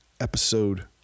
episode